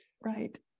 right